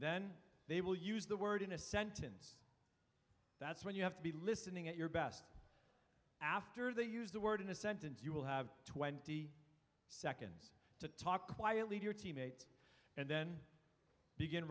then they will use the word in a sentence that's when you have to be listening at your best after they use the word in a sentence you will have twenty seconds to talk quietly to your teammate and then